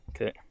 Okay